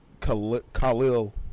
Khalil